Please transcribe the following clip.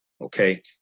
Okay